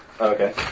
Okay